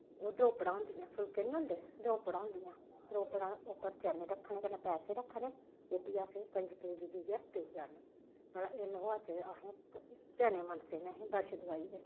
ओह् द्रोपड़ां होंदियां फुलके निं होंदे द्रोपड़ां होंदियां द्रोपड़ां उप्पर चने रक्खने कन्नै पैसे रक्खने ओह् बी असें कंजकें गी जाइयै देई औने भला ऐ लैओ अज्ज असें चने मनसे न असें बच्छ दुआही दे